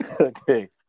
Okay